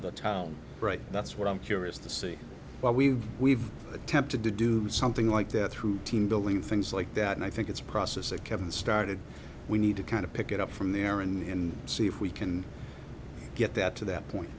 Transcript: the town right that's what i'm curious to see but we've we've attempted to do something like that through team building things like that and i think it's a process that kevin started we need to kind of pick it up from there and see if we can get that to that point